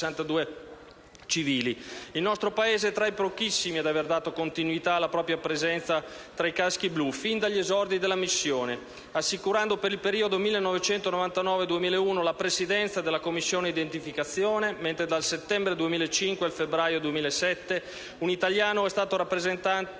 Il nostro Paese è tra i pochissimi ad aver dato continuità alla propria presenza tra i caschi blu fin dagli esordi della missione, assicurando per il periodo 1999-2001 la presidenza della Commissione identificazione, mentre dal settembre 2005 al febbraio 2007 un italiano è stato rappresentante